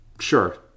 Sure